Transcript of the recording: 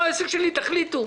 תחליטו.